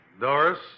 Doris